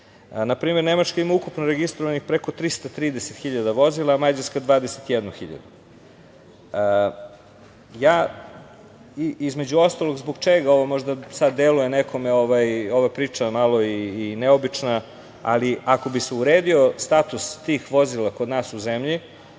primer Nemačka ima ukupno registrovanih preko 330.000 vozila, Mađarska 21.000. Između ostalog, zbog čega sada deluje nekome ova priča malo i neobična, ali bi se uredio status tih vozila kod nas u zemlji,